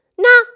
No